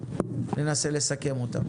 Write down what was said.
ננסה לסכם אותם.